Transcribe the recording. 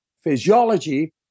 physiology